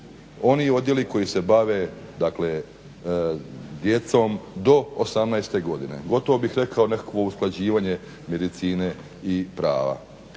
oni odjeli koji se bave djecom do 18.godine. gotovo bih rekao nekakvo usklađivanje medicine i prava.